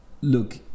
Look